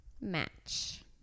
match